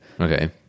Okay